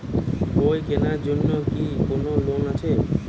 বই কেনার জন্য কি কোন লোন আছে?